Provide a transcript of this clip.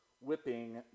whipping